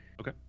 Okay